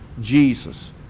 Jesus